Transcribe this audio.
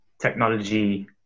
Technology